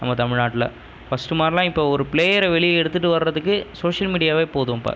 நம்ம தமிழ்நாட்டில் ஃபர்ஸ்ட்டு மாதிரிலாம் இப்போ ஒரு பிளேயரை வெளியே எடுத்துகிட்டு வரத்துக்கே சோசியல் மீடியாவே போதும் இப்போ